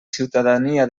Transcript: ciutadania